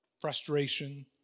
frustration